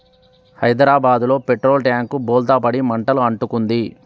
హైదరాబాదులో petrol tank బోల్తా పడి మంటలు అంటుకుంది